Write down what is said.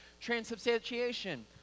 transubstantiation